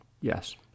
Yes